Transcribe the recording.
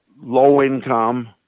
low-income